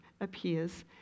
appears